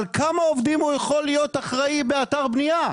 על כמה עובדים הוא יכול להיות אחראי באתר בנייה?